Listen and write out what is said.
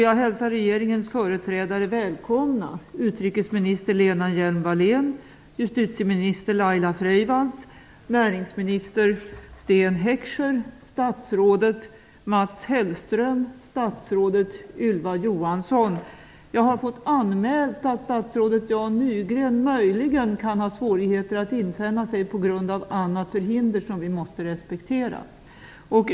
Jag hälsar regeringens företrädare välkomna: utrikesminister Lena Hjelm-Wallén, justitieminister Laila Jag har fått anmält att statsrådet Jan Nygren möjligen kan ha svårigheter att infinna sig på grund av förhinder som vi måste respektera.